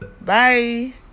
Bye